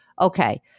Okay